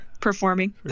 performing